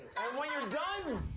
and when you're done,